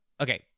okay